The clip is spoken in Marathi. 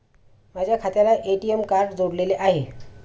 माझ्या खात्याला ए.टी.एम कार्ड जोडलेले आहे